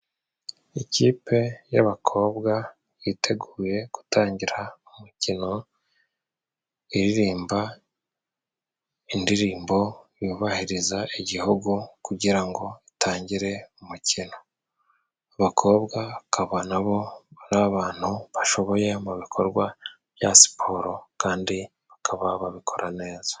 Ikipe y'abakobwa yiteguye gutangira umukino iririmba indirimbo yubahiriza igihugu kugira ngo itangire umukino. Abakobwa akaba nabo ari abantu bashoboye mu bikorwa bya siporo kandi bakaba babikora neza.